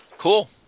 Cool